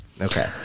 Okay